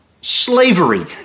slavery